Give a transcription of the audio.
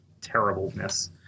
terribleness